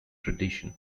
tradition